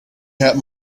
had